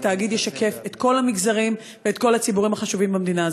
התאגיד ישקף את כל המגזרים ואת כל הציבורים החשובים במדינה.